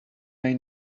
may